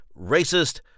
racist